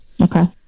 Okay